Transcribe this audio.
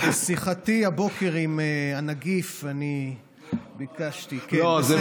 בשיחתי הבוקר עם הנגיף אני ביקשתי, כן.